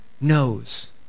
knows